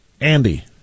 Andy